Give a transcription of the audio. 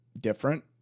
different